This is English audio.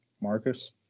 Marcus